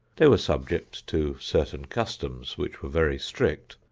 they were subject to certain customs which were very strict,